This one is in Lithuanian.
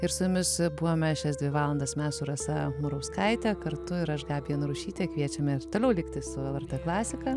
ir su jumis buvome šias dvi valandas mes su rasa murauskaite kartu ir aš gabija narušytė kviečiame toliau likti su lrt klasika